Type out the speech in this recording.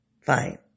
fine